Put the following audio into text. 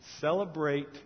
celebrate